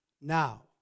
Now